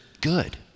good